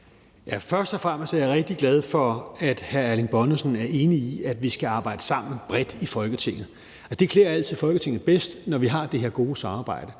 Først og fremmest er jeg rigtig glad for, at hr. Erling Bonnesen er enig i, at vi skal arbejde sammen bredt i Folketinget. Det klæder altid Folketinget bedst, når vi har det her gode samarbejde.